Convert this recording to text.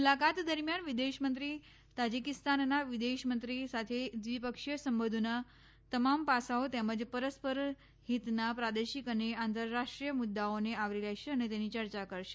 મુલાકાત દરમિયાન વિદેશમંત્રી તાજિકીસ્તાનના વિદેશમંત્રી સાથે દ્વિપક્ષીય સંબંધોના તમામ પાસાઓ તેમજ પરસ્પર હિતના પ્રાદેશિક અને આંતરરાષ્ટ્રીય મુદ્દાઓને આવરી લેશે અને તેની ચર્ચા કરશે